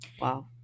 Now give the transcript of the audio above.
Wow